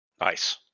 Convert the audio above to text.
Nice